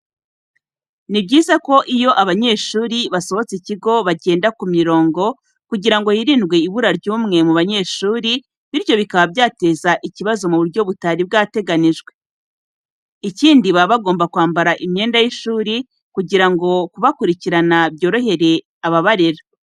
Ni byiza ko iyo abanyeshuri basohotse ikigo bagenda ku mirongo, kugira ngo hirindwe ibura ry'umwe mu banyeshuri, bityo bikaba byateza ikibazo mu buryo butari bwateganyijwe. Ikindi baba bagomba kwambara imyenda y'ishuri kugira ngo kubakurikirana byorohere ababarera.